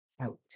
out